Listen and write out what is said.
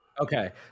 Okay